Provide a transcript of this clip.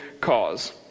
cause